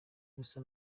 gusa